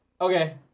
Okay